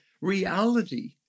reality